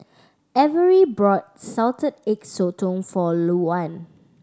Averie bought Salted Egg Sotong for Louann